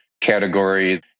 category